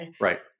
Right